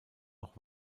noch